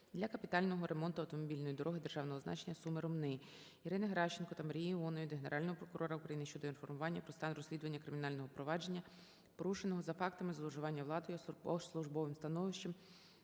для капітального ремонту автомобільної дороги державного значення Суми - Ромни. Ірини Геращенко та МаріїІонової до Генерального прокурора України щодо інформування про стан розслідування кримінального провадження, порушеного за фактами зловживання владою або службовим становищем,